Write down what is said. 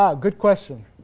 um good question.